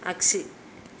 आगसि